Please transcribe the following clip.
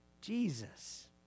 Jesus